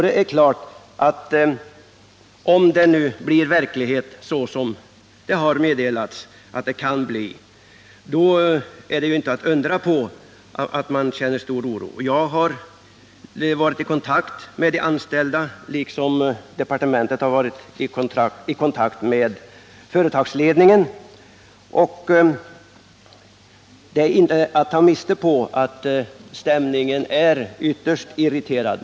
Det är inte att undra på att de anställda känner stor oro om det i verkligheten blir så som det har meddelats att det kan bli. Jag har varit i kontakt med de anställda, och departementet har varit i kontakt med företagsledningen. Det är inte att ta miste på att stämningen är ytterst irriterad.